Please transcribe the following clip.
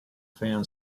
fan